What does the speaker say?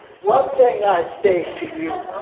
one thing i say to you,